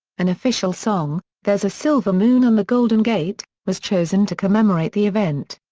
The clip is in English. an official song, there's a silver moon on the golden gate, was chosen to commemorate the event.